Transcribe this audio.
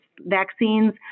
vaccines